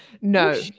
no